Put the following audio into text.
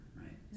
right